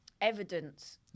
evidence